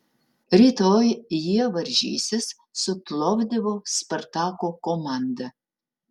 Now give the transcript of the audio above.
rytoj jie varžysis su plovdivo spartako komanda